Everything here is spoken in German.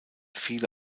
viele